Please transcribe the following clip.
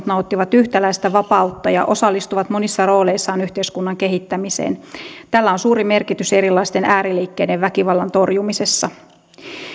nauttivat yhtäläistä vapautta ja osallistuvat monissa rooleissaan yhteiskunnan kehittämiseen tällä on suuri merkitys erilaisten ääriliikkeiden väkivallan torjumisessa